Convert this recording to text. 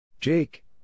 Jake